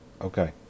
Okay